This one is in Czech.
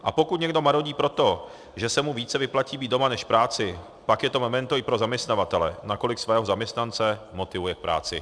A pokud někdo marodí proto, že se mu více vyplatí být doma než v práci, pak je to memento i pro zaměstnavatele, nakolik svého zaměstnance motivuje k práci.